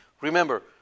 Remember